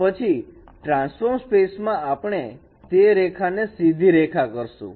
અને પછી transform space માં આપણે તે રેખા ને સીધી રેખા કરશું